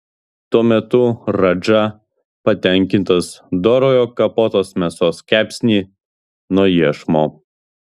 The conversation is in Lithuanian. tuo metu radža patenkintas dorojo kapotos mėsos kepsnį nuo iešmo